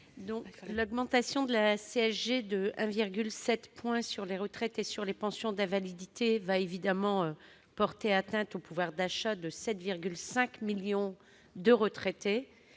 L'augmentation de la CSG de 1,7 point sur les retraites et sur les pensions d'invalidité va évidemment porter atteinte au pouvoir d'achat de 7,5 millions de retraités.